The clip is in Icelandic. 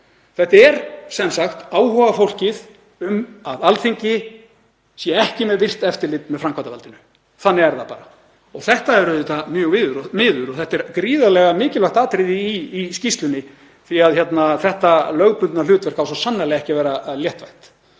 Þetta er sem sagt áhugafólk um að Alþingi sé ekki með virkt eftirlit með framkvæmdarvaldinu. Þannig er það bara. Þetta er auðvitað mjög miður og þetta er gríðarlega mikilvægt atriði í skýrslunni því þetta lögbundna hlutverk á svo sannarlega ekki að vera léttvægt.